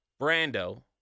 Brando